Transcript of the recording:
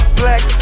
black